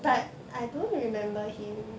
then